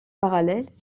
parallèle